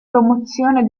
promozione